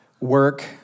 work